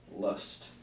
lust